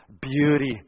beauty